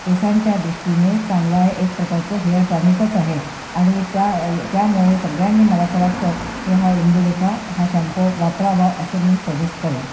केसांच्या दृृष्टीने चांगला आहे एक प्रकारचं हेअर टॉनिकच आहे आणि त्या त्यामुळे सगळ्यांनी मला असं वाटतं की हा इंदुलेखा हा शॅम्पू वापरावा असं मी सजेस्ट करेन